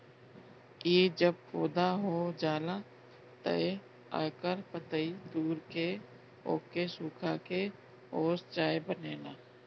इ जब पौधा हो जाला तअ एकर पतइ तूर के ओके सुखा के ओसे चाय बनेला